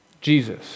Jesus